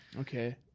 Okay